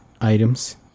items